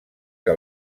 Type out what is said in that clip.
que